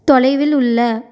தொலைவில் உள்ள